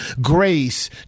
grace